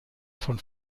von